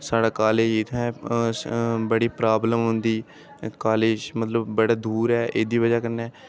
साढ़ा कालेज इत्थै बड़ी प्राब्लम होंदी कालेज़ मजलब बड़ै दूर ऐ एह्दी वजह् कन्नै